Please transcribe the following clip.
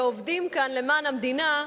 ועובדים כאן למען המדינה,